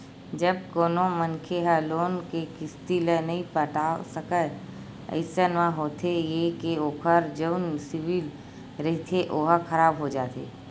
जब कोनो मनखे ह लोन के किस्ती ल नइ पटा सकय अइसन म होथे ये के ओखर जउन सिविल रिहिथे ओहा खराब हो जाथे